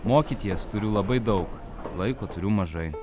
mokyties turiu labai daug laiko turiu mažai